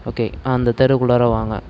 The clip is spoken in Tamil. ஓகே அந்த தெருக்குள்ளார வாங்க